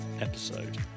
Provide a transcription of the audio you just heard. episode